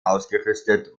ausgerüstet